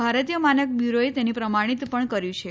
ભારતીય માનક બ્યુરોએ તેને પ્રમાણિત પણ કર્યું છે